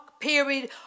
period